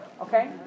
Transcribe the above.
okay